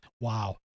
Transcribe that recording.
wow